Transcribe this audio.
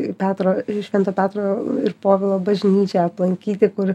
į petro ir į švento petro ir povilo bažnyčią aplankyti kur